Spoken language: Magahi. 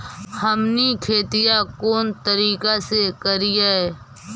हमनी खेतीया कोन तरीका से करीय?